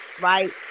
right